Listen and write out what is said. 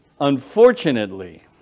Unfortunately